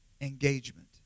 engagement